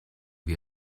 wie